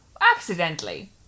Accidentally